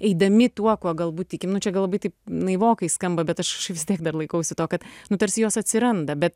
eidami tuo kuo galbūt tikim čia galbūt naivokai skamba bet aš vis tiek dar laikausi to kad nu tarsi jos atsiranda bet